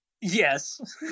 Yes